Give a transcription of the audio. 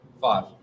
Five